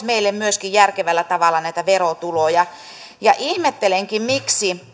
meille myöskin järkevällä tavalla näitä verotuloja ihmettelenkin miksi